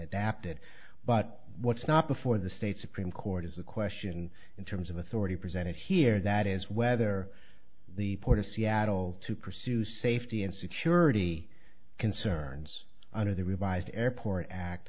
adapted but what's not before the state supreme court is the question in terms of authority presented here that is whether the port of seattle to pursue safety and security concerns under the revised airport act